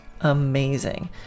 amazing